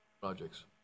projects